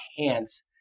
enhance